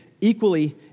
equally